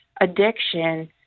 addiction